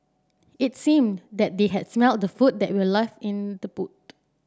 it seemed that they had smelt the food that were left in the boot